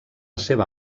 seva